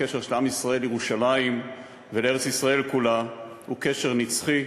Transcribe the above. הקשר של עם ישראל לירושלים ולארץ-ישראל כולה הוא קשר נצחי,